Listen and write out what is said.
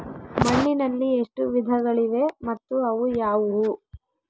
ಮಣ್ಣಿನಲ್ಲಿ ಎಷ್ಟು ವಿಧಗಳಿವೆ ಮತ್ತು ಅವು ಯಾವುವು?